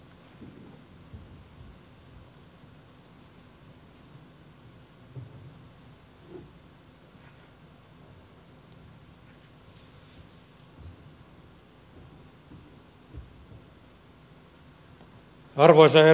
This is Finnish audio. arvoisa herra puhemies